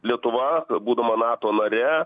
lietuva būdama nato nare